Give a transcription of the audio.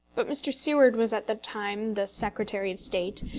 but mr. seward was at that time the secretary of state,